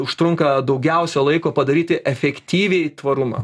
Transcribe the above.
užtrunka daugiausia laiko padaryti efektyviai tvarumą